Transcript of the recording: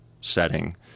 setting